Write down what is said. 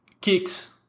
kicks